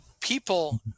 people